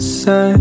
say